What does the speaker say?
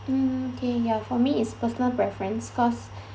mm okay ya for me is personal preference cause